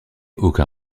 aucun